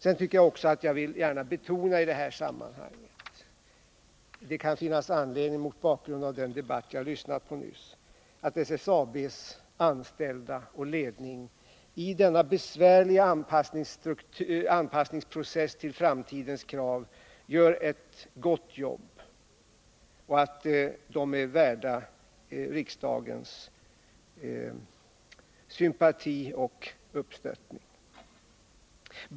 Jag vill också gärna i detta sammanhang betona — det finns anledning att göra det mot bakgrund av den debatt jag nu lyssnat på — att SSAB:s anställda och ledning i denna besvärliga process av anpassning till framtidens krav gör ett gott jobb och att de är värda riksdagens sympati och uppstöttning.